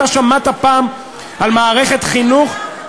אתה שמעת פעם על מערכת חינוך,